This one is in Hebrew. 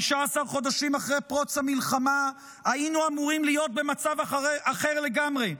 15 חודשים אחרי פרוץ המלחמה היינו אמורים להיות במצב אחר לגמרי.